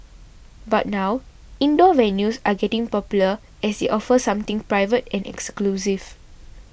but now indoor venues are getting popular as they offer something private and exclusive